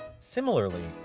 similarly,